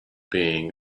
being